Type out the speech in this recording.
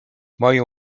moją